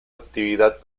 actividad